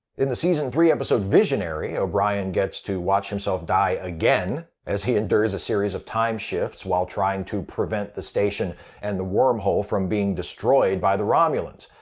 in the season three episode visionary, o'brien gets to watch himself die again, as he endures a series of time-shifts while trying to prevent the station and the wormhole from being destroyed by romulans.